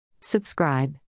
Subscribe